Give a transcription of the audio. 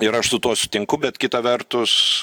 ir aš su tuo sutinku bet kita vertus